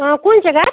অ' কোন জেগাত